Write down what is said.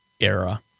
era